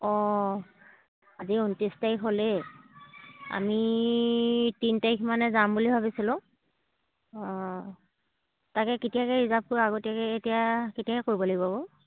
অঁ আজি ঊনত্ৰিছ তাৰিখ হ'লেই আমি তিনি তাৰিখ মানে যাম বুলি ভাবিছিলোঁ অঁ তাকে কেতিয়াকৈ ৰিজাৰ্ভ কৰোঁ আগতীয়াকৈ এতিয়া কেতিয়াকৈ কৰিব লাগিব বাৰু